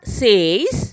says